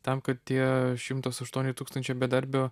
tam kad tie šimtas aštuoni tūkstančiai bedarbių